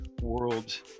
world